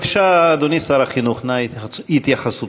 בבקשה, אדוני שר החינוך, נא התייחסותך.